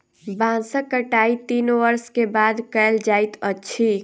बांसक कटाई तीन वर्ष के बाद कयल जाइत अछि